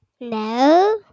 No